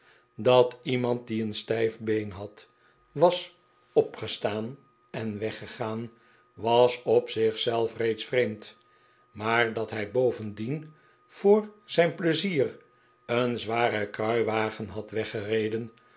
dat iemand die een stijf been had was opgestaan en weggegaan was op zich zelf reeds vreemd maar dat hij bovendien voor zijn pleizier een zwaren kruiwagen had weggereden